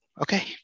Okay